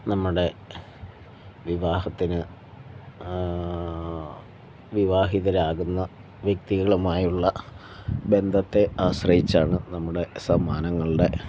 നമ്മുടെ വിവാഹത്തിന് വിവാഹിതരാകുന്ന വ്യക്തികളുമായുള്ള ബന്ധത്തെ ആശ്രയിച്ചാണ് നമ്മുടെ സമ്മാനങ്ങളുടെ